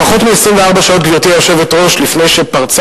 פחות מ-24 שעות, גברתי היושבת-ראש, לפני שפרצה